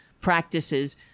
practices